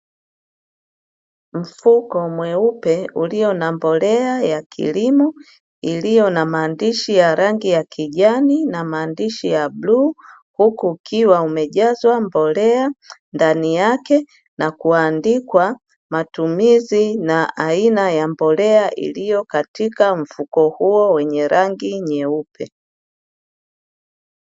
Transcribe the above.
Mfuko mwepe ulio na mbolea ya kilimo, iliyo na maandishi ya rangi ya kijani na maandishi ya bluu, huku ukiwa umejazwa mbolea ndani yake na kuandikwa matumizi na aina ya mbolea iliyo katika mfuko huo wenye rangi nyeupe.